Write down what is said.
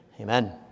amen